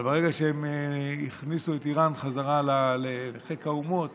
אבל ברגע שהם הכניסו את איראן בחזרה לחיק האומות